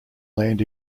land